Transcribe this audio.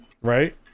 right